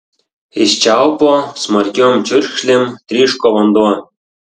iš čiaupo smarkiom čiurkšlėm tryško vanduo